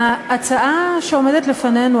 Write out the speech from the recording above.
ההצעה שעומדת לפנינו,